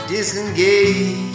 Disengage